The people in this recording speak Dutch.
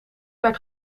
werd